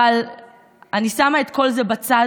אבל אני שמה את כל זה בצד,